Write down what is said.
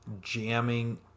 jamming